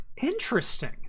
Interesting